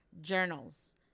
journals